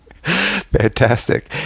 fantastic